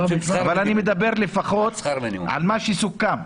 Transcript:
אבל אני מדבר לפחות על מה שסוכם.